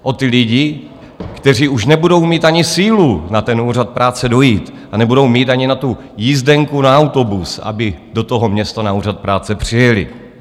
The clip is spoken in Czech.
O ty lidi, kteří už nebudou mít ani sílu na ten úřad práce dojít a nebudou mít ani na tu jízdenku na autobus, aby do toho města na úřad práce přijeli.